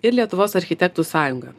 ir lietuvos architektų sąjunga